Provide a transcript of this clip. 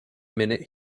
minute